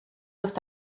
ist